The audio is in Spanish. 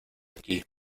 aquí